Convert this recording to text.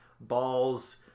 Ball's